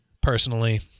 personally